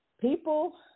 people